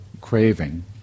craving